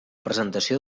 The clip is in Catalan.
presentació